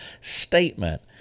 statement